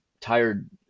tired